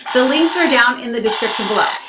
the links are down in the description below.